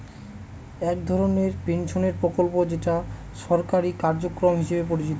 এক ধরনের পেনশনের প্রকল্প যেটা সরকারি কার্যক্রম হিসেবে পরিচিত